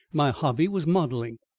my hobby was modelling.